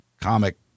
comic